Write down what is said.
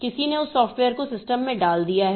किसी ने उस सॉफ्टवेयर को सिस्टम में डाल दिया है